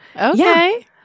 Okay